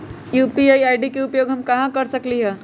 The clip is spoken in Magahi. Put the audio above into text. यू.पी.आई आई.डी के उपयोग हम कहां कहां कर सकली ह?